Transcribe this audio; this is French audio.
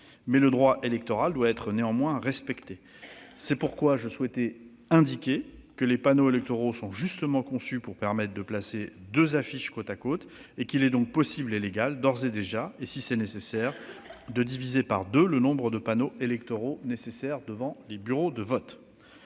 mais le droit électoral doit néanmoins être respecté. Or je souhaitais indiquer que les panneaux électoraux sont justement conçus pour permettre de placer deux affiches côte à côte, et qu'il est donc d'ores et déjà possible et légal, si c'est nécessaire, de diviser par deux le nombre de panneaux électoraux devant les bureaux de vote.